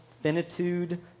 finitude